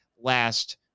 last